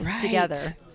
together